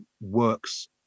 works